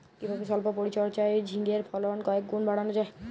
কিভাবে সল্প পরিচর্যায় ঝিঙ্গের ফলন কয়েক গুণ বাড়ানো যায়?